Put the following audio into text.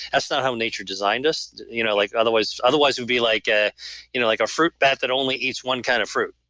that's not how nature designed us you know like otherwise it would be like a you know like fruit bat that only eats one kind of fruit.